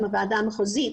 גם הוועדה המחוזית,